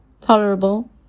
tolerable